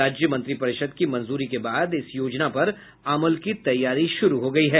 राज्य मंत्री परिषद की मंजूरी के बाद इस योजना पर अमल की तैयारी शुरू हो गयी है